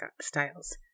styles